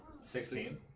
Sixteen